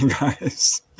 guys